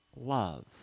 love